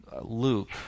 Luke